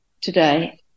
today